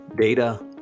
data